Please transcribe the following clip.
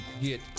get